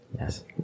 Yes